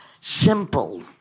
simple